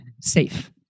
safe